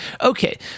okay